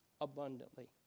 abundantly